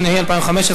התשע"ה 2015,